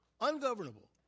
ungovernable